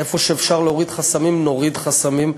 איפה שאפשר להוריד חסמים, נוריד חסמים.